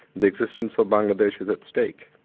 the existence of bangladesh is at stake.